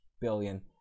billion